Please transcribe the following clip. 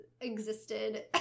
existed